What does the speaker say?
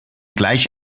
gleich